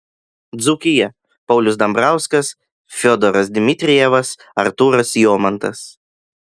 dzūkija paulius dambrauskas fiodoras dmitrijevas artūras jomantas